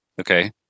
Okay